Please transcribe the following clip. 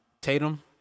Tatum